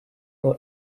all